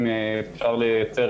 בעמוד האחרון,